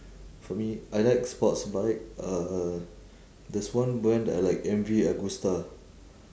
for me I like sports but I like uh there's one brand that I like M V agusta